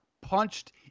punched